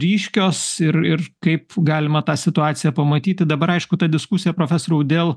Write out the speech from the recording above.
ryškios ir ir kaip galima tą situaciją pamatyti dabar aišku ta diskusija profesoriau dėl